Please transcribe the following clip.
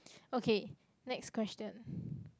okay next question